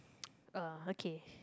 uh okay